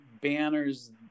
banners